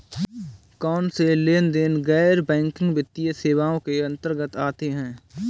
कौनसे लेनदेन गैर बैंकिंग वित्तीय सेवाओं के अंतर्गत आते हैं?